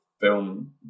film